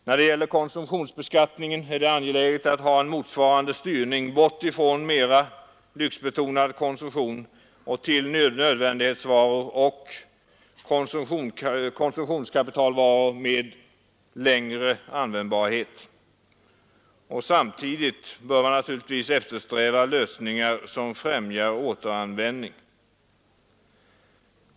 När det gäller konsumtionsbeskattningen är det angeläget att ha en motsvarande styrning bort ifrån mera lyxbetonad konsumtion över till nödvändighetsvaror och konsumtionskapitalvaror med längre användbarhet. Samtidigt bör man naturligtvis eftersträva lösningar som främjar återanvändning.